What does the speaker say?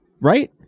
Right